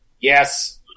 Yes